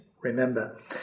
remember